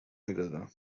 میدادم